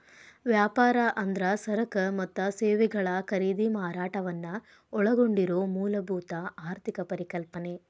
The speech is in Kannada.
ವ್ಯಾಪಾರ ಅಂದ್ರ ಸರಕ ಮತ್ತ ಸೇವೆಗಳ ಖರೇದಿ ಮಾರಾಟವನ್ನ ಒಳಗೊಂಡಿರೊ ಮೂಲಭೂತ ಆರ್ಥಿಕ ಪರಿಕಲ್ಪನೆ